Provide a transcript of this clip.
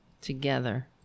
together